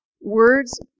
Words